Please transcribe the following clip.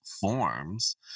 forms